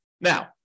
Now